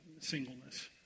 singleness